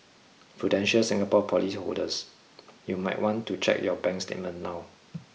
prudential Singapore policyholders you might want to check your bank statement now